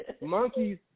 monkeys